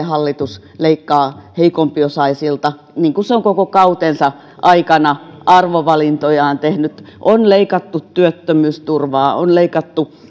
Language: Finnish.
hallitus edelleen leikkaa heikompiosaisilta niin kuin se on koko kautensa aikana arvovalintojaan tehnyt on leikattu työttömyysturvaa on leikattu